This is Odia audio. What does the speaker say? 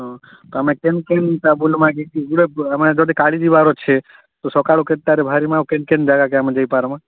ହଁ ତୁମେ କିନ୍ କିନ୍ ଆମେ ଯଦି କାଲି ଯିବାର ଅଛେ ତ ସକାଳୁ କେତେଟାରେ ବାହାରିବାଁ ଆଉ କିନ୍ କିନ୍ ଜାଗାକେ ଆମେ ଯାଇପାର୍ବାଁ